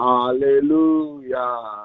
Hallelujah